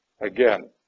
Again